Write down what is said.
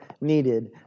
needed